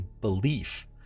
belief